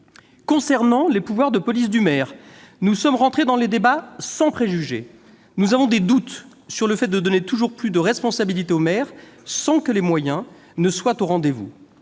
Concernant les pouvoirs de police du maire, nous sommes entrés dans le débat sans préjugés. Nous doutons qu'il faille donner toujours plus de responsabilités aux maires sans que les moyens soient au rendez-vous.